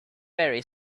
very